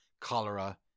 cholera